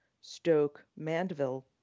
Stoke-Mandeville